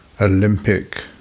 Olympic